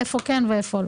איפה כן ואיפה לא?